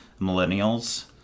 millennials